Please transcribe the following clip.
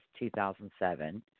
2007